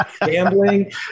gambling